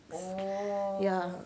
oh